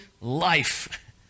life